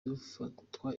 ufata